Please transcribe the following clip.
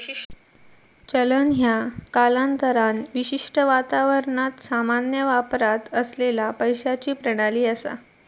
चलन ह्या कालांतरान विशिष्ट वातावरणात सामान्य वापरात असलेला पैशाची प्रणाली असा